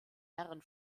herren